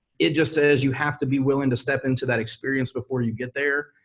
it just says you have to be willing to step into that experience before you get there,